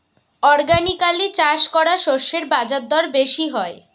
organically চাষ করা শস্যের বাজারদর বেশি হয়